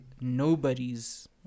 nobody's